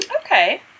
okay